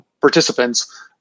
participants